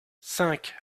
cinq